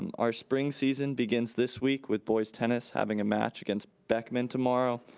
um our spring season begins this week with boys tennis having a match against beckman tomorrow,